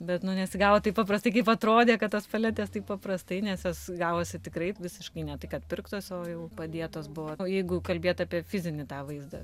bet nu nesigavo taip paprastai kaip atrodė kad tos paletės taip paprastai nes jos gavosi tikrai visiškai ne tai kad pirktos o jau padėtos buvo o jeigu kalbėt apie fizinį tą vaizdą